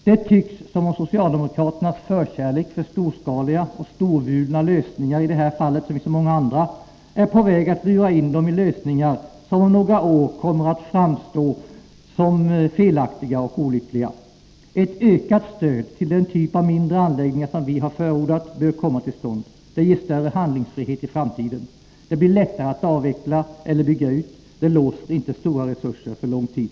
Det tycks som om socialdemokraternas förkärlek för storskaliga och storvulna lösningar i det här fallet, som i så många andra, är på väg att lura in dem i lösningar som om några år kommer att framstå som felaktiga och olyckliga. Ett ökat stöd till den typ av mindre anläggningar som vi har förordat bör komma till stånd. Det ger större handlingsfrihet i framtiden. De blir lättare att avveckla eller bygga ut, det låser inte stora resurser för lång tid.